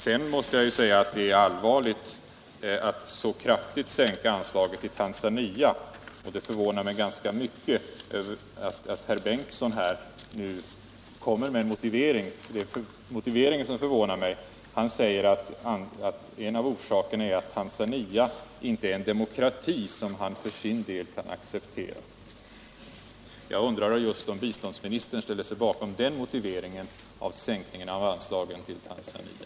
Sedan måste jag säga att det är allvarligt att så kraftigt sänka anslaget till Tanzania. Den motivering som herr Bengtson nu kommer med förvånar mig ganska mycket. Han säger att en av orsakerna till nedprutningen är att Tanzania inte är en demokrati som han för sin del kan acceptera. Jag undrar just om biståndsministern ställer sig bakom den motiveringen för sänkningen av anslaget till Tanzania.